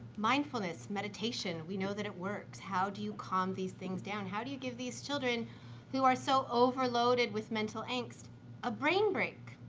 mindfulness, meditation, we know that it works. how do you calm these things down? how do you give these children who are so overloaded with mental angst a brain break?